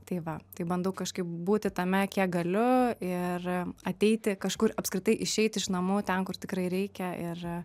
tai va tai bandau kažkaip būti tame kiek galiu ir ateiti kažkur apskritai išeiti iš namų ten kur tikrai reikia ir